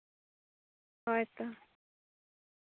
ᱦᱳᱭ ᱛᱚ